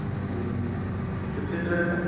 जी fifty dress हैं